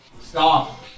Stop